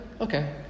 okay